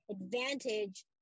advantage